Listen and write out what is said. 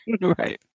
right